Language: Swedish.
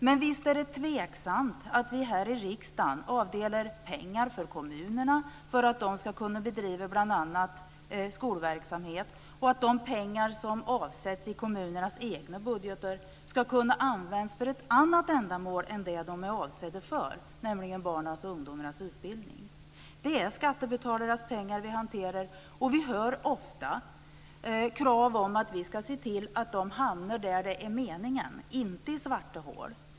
Men visst är det tveksamt om vi här i riksdagen ska avdela pengar för kommunerna för att de ska kunna bedriva bl.a. skolverksamhet och om de pengar som avsätts i kommunernas egna budgetar ska kunna användas för ett annat ändamål än de som de är avsedda för, nämligen barnens och ungdomarnas utbildning. Det är skattebetalarnas pengar vi hanterar, och vi hör ofta krav på att vi ska se till att de hamnar där det är meningen - inte i svarta hål.